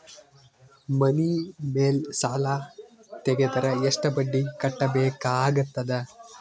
ಮನಿ ಮೇಲ್ ಸಾಲ ತೆಗೆದರ ಎಷ್ಟ ಬಡ್ಡಿ ಕಟ್ಟಬೇಕಾಗತದ?